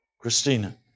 Christina